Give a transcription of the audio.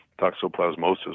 toxoplasmosis